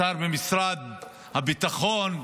השר במשרד הביטחון.